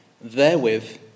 therewith